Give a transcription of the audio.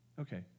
Okay